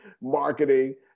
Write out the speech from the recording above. marketing